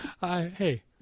Hey